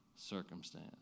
circumstance